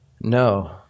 No